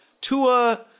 Tua